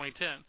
2010